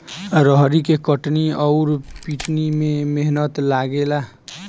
रहरी के कटनी अउर पिटानी में मेहनत लागेला